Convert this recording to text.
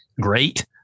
great